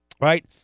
right